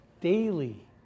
daily